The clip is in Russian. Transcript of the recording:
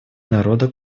народа